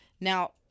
now